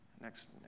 Next